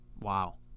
Wow